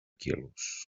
quilos